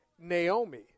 Naomi